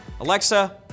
Alexa